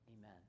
Amen